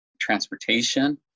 transportation